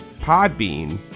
Podbean